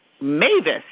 Mavis